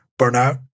burnout